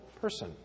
person